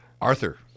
Arthur